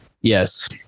Yes